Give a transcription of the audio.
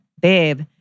babe